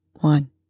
One